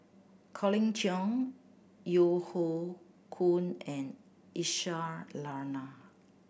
Colin Cheong Yeo Hoe Koon and Aisyah Lyana